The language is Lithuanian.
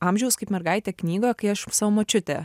amžiaus kaip mergaitė knygoje kai aš savo močiutę